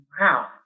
Wow